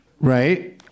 right